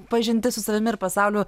pažintis su savimi ir pasauliu